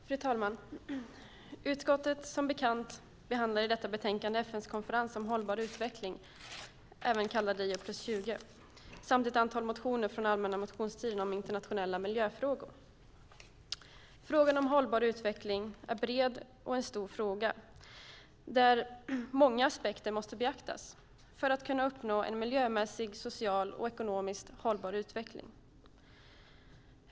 Fru talman! Utskottet behandlar som bekant i detta betänkande FN:s konferens om hållbar utveckling, även kallad Rio + 20, samt ett antal motioner från allmänna motionstiden om internationella miljöfrågor. Frågan om hållbar utveckling är en bred och stor fråga där många aspekter måste beaktas för att man ska kunna uppnå en miljömässigt, socialt och ekonomiskt hållbar utveckling.